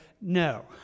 no